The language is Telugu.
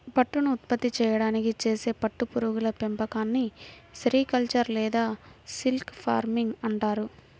పట్టును ఉత్పత్తి చేయడానికి చేసే పట్టు పురుగుల పెంపకాన్ని సెరికల్చర్ లేదా సిల్క్ ఫార్మింగ్ అంటారు